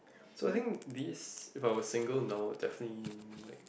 so I think these if I was single now definitely might